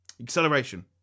acceleration